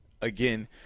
again